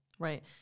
Right